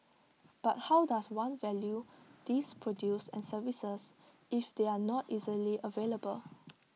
but how does one value these produce and services if they are not easily available